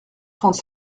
trente